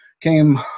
came